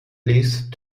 least